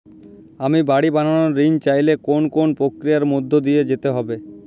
আমি বাড়ি বানানোর ঋণ চাইলে কোন কোন প্রক্রিয়ার মধ্যে দিয়ে যেতে হবে?